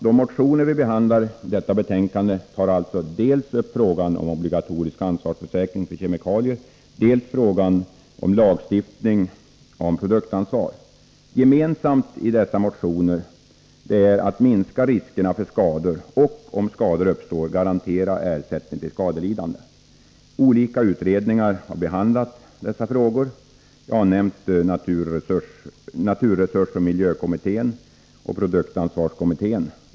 De motioner som behandlas i detta betänkande tar alltså upp dels frågan om obligatorisk ansvarsförsäkring för kemikalier, dels frågan om lagstiftning om produktansvar. Gemensamt syfte i dessa motioner är att minska riskerna för skador och att om skador uppstår garantera ersättning till skadelidande. Olika utredningar har behandlat dessa frågor. Jag har nämnt naturresursoch miljökommittén och produktansvarskommittén.